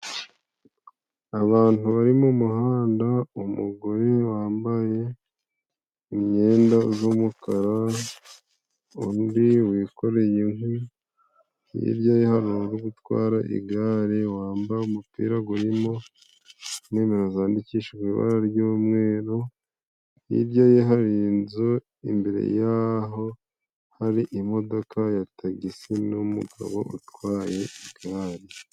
Abantu bari mu muhanda, umugore wambaye imyenda z'umukara undi wikoreye inkwi hirya ye hari uri gutwara igare ,wambaye umupira gurimo nimero zandikishijwe ibara ry'umweru ,hirya ye hari inzu imbere yaho hari imodoka ya tagisi n'umugabo utwaye igare.